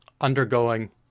undergoing